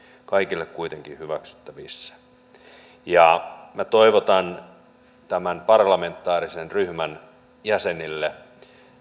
kaikille kuitenkin hyväksyttävissä minä toivotan tämän parlamentaarisen ryhmän jäsenille